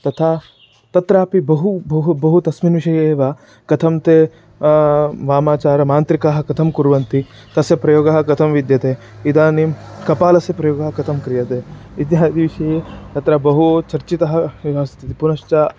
तथा तत्रापि बहु बहु बहु तस्मिन् विषयेव कथं ते वामाचारमान्त्रिकाः कथं कुर्वन्ति तस्य प्रयोगः कथं विद्यते इदानीं कपालस्य प्रयोगः कथं क्रियते इत्यादि विषये तत्र बहु चर्चितः एव अस्ति पुनश्च